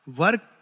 work